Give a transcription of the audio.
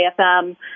AFM